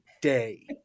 day